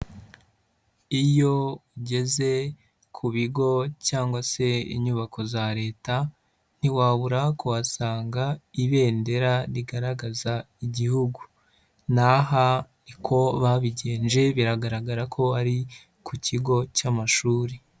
Iyo ugeze ku bigo cyangwa se inyubako za Leta ntiwabura kuhasanga ibendera rigaragaza igihugu. N'aha ni ko babigenje biragaragara ko ari ku kigo cy'amashuri.